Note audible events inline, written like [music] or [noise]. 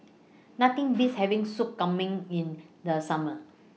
Nothing Beats [noise] having Soup Kambing in The Summer